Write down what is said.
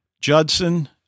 Judson